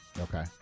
Okay